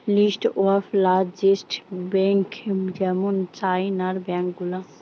list of largest bank যেমন চাইনার bank গুলা